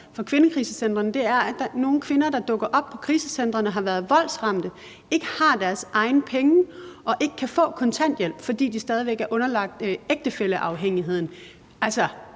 fra kvindekrisecentrene, er, at der er nogle kvinder, der dukker op på krisecentrene, som har været voldsramte og ikke har deres egne penge og ikke kan få kontanthjælp, fordi de stadig væk er underlagt ægtefælleafhængigheden, altså